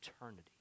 eternity